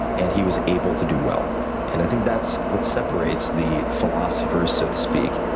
and he was able to do well. and, i think that's what separates the philosopher, so to speak,